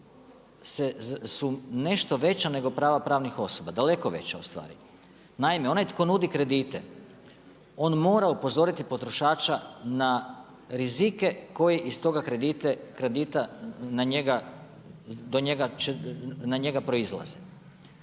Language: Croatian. su nešto veća nego prava pravnih osoba, daleko veća ustvari. Naime, onaj tko nudi kredite, on mora upozoriti potrošača na rizike koji iz toga kredita na njega proizlaze.